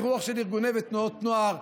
ואת הרוח של ארגוני ותנועות נוער,